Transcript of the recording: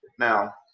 Now